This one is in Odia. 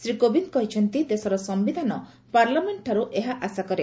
ଶ୍ରୀ କୋବିନ୍ଦ କହିଛନ୍ତି ଦେଶର ସମ୍ଭିଧାନ ପାର୍ଲାମେଣ୍ଟଠାରୁ ଏହା ଆଶା କରେ